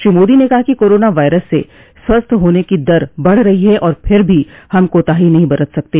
श्री मोदो ने कहा कि कोराना वायरस से स्वस्थ होने की दर बढ़ रही है और फिर भी हम कोताही नहीं बरत सकते